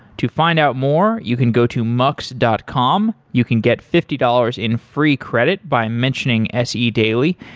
to find out more, you can go to mux dot com. you can get fifty dollars in free credit by mentioning se daily,